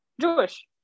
Jewish